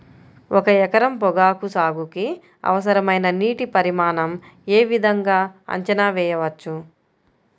ఒక ఎకరం పొగాకు సాగుకి అవసరమైన నీటి పరిమాణం యే విధంగా అంచనా వేయవచ్చు?